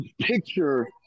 picture